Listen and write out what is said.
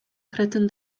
kretyn